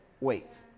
weights